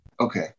Okay